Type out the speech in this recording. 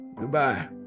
Goodbye